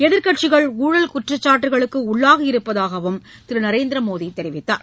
எதிர்க்கட்சிகள் ஊழல் குற்றச்சாட்டுக்களுக்கு உள்ளாகி இருப்பதாகவும் திரு நரேந்திர மோடி தெரிவித்தார்